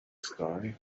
sky